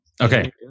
okay